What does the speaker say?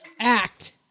act